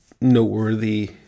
noteworthy